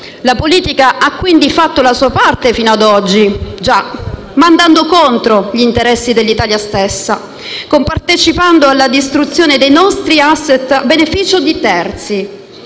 La politica ha quindi fatto la sua parte fino ad oggi, già, ma andando contro gli interessi dell'Italia stessa, compartecipando alla distruzione dei nostri *asset* a beneficio di terzi,